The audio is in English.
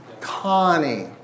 Connie